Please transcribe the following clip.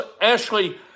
Ashley